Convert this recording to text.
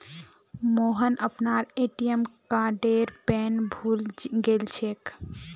मोहन अपनार ए.टी.एम कार्डेर पिन भूले गेलछेक